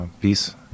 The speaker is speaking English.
peace